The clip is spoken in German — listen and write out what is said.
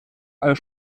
als